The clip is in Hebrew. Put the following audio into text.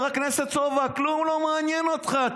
חבר הכנסת סובה, כלום לא מעניין אותך.